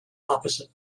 opposite